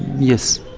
yes.